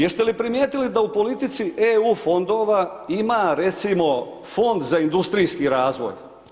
Jeste li primijetili da u politici EU fondova ima recimo Fond za industrijski razvoj?